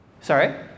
Sorry